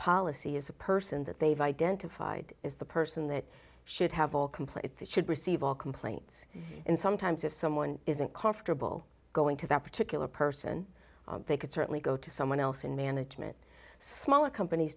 policy is a person that they've identified is the person that should have all complaints that should receive all complaints and sometimes if someone isn't comfortable going to that particular person they could certainly go to someone else in management smaller companies